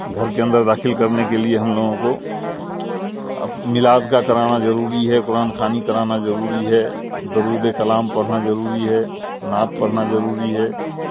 گھر کے اندر داخل کرنے کے لیے ہم لوگوں کو میلاد کا کرانا ضروری ہے قرآن خوانی کرانا ضروری ہے درود کلام پڑھنا ضروری ہے نعت پڑھنا ضروری ہے